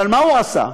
אבל מה הוא עשה,